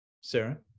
Sarah